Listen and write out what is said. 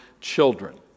children